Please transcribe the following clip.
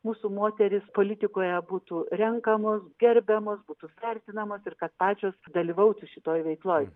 mūsų moterys politikoje būtų renkamos gerbiamos būtų vertinamos ir kad pačios dalyvautų šitoj veikloj